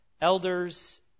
elders